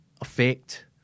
effect